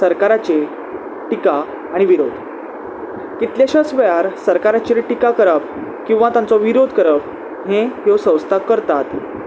सरकाराचे टिका आनी विरोध कितलेश्याच वेळार सरकाराचेर टिका करप किंवां तांचो विरोध करप हें ह्यो संस्था करतात